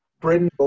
Britain